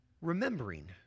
remembering